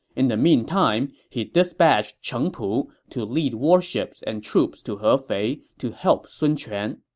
in the meantime, he dispatched cheng pu to lead warships and troops to hefei to help sun quan.